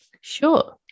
Sure